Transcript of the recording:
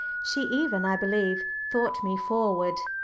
she even, i believe, thought me forward.